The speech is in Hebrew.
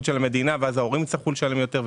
של המדינה ואז ההורים יצטרכו לשלם יותר.